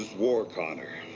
war, connor.